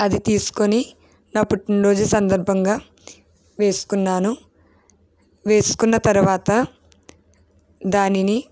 అది తీసుకొని నా పుట్టినరోజు సందర్భంగా వేసుకున్నాను వేసుకున్న తర్వాత దానిని